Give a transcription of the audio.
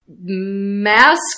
mask